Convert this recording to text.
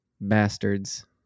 bastards